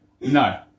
No